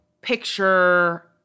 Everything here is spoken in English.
picture